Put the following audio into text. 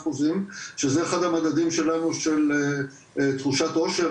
שזה אחד המדדים שלנו של תחושת אושר,